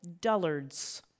dullards